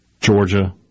Georgia